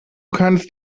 kannst